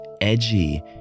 edgy